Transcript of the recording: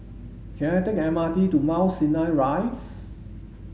can I take the M R T to Mount Sinai Rise